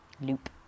loop